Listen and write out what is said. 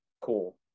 Cool